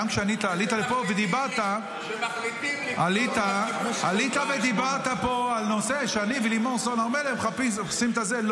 עלית לפה ודיברת על נושא שאני ולימור סון הר מלך --- לא.